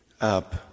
up